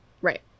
Right